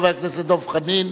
חבר הכנסת דב חנין.